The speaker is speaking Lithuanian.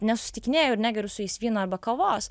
nesusitikinėju ir negeriu su jais vyno arba kavos